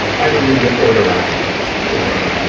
i don't need to order out for